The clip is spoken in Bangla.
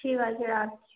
ঠিক আছে রাখছি